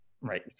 Right